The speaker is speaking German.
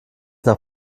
nach